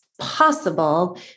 possible